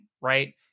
right